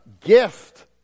gift